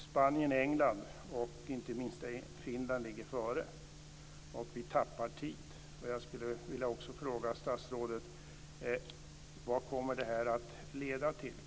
Spanien, England och inte minst Finland ligger före. Vi tappar tid. Jag skulle vilja fråga statsrådet: Vad kommer det här att leda till?